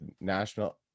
national